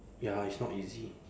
ya it's not easy